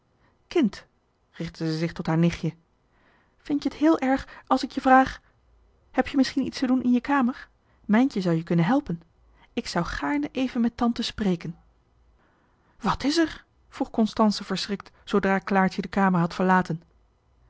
richtte zij zich tot haar nichtje vindt je het heel erg als ik je vraag heb je misschien iets te doen in je kamer mijntje zou je kunnen helpen ik zou gaarne even met tante spreken wat is er vroeg constance verschrikt zoodra claartje de kamer had verlaten